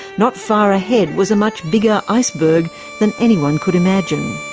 not far ahead was a much bigger iceberg than anyone could imagine.